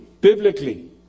Biblically